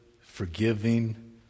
forgiving